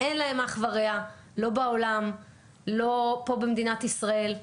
אין להם אח ורע: לא בעולם ולא פה במדינת ישראל.